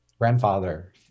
Grandfather